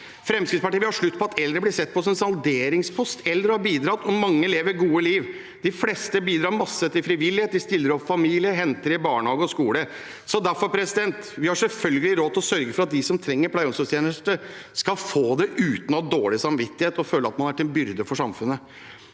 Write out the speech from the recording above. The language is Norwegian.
Fremskrittspartiet vil ha slutt på at eldre blir sett på som en salderingspost. Eldre har bidratt, og mange lever et godt liv. De fleste bidrar masse til frivillighet, de stiller opp for familien og henter i barnehage og skole. Derfor har vi selvfølgelig råd til å sørge for at de som trenger pleie- og omsorgstjenester, skal få det uten å ha dårlig samvittighet og føle at de er en byrde for samfunnet.